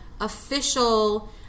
official